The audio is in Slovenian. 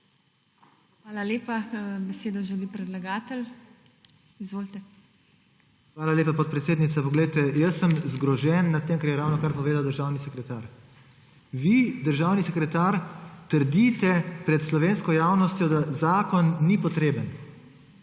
Hvala lepa. Besedo želi predlagatelj. Izvolite. **MAG. MARKO KOPRIVC (PS SD):** Hvala lepa, podpredsednica. Glejte, jaz sem zgrožen nad tem, kar je ravnokar povedal državni sekretar. Vi, državni sekretar, trdite pred slovensko javnostjo, da zakon ni potreben.